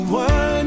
one